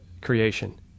creation